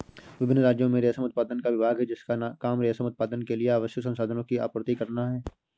विभिन्न राज्यों में रेशम उत्पादन का विभाग है जिसका काम रेशम उत्पादन के लिए आवश्यक संसाधनों की आपूर्ति करना है